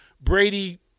Brady